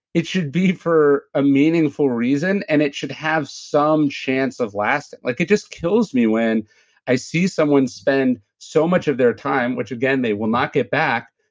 it should be for a meaningful reason, and it should have some chance of lasting. like it just kills me when i see someone spend so much of their time, which, again, they will not get back,